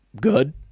Good